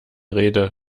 rede